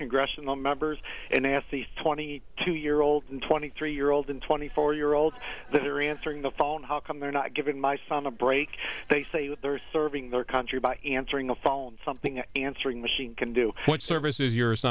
congressional members and ask these twenty two year old and twenty three year old and twenty four year old they're answering the phone how come they're not giving my son a break they say that they are serving their country by answering a phone something answering machine can do what service is y